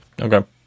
Okay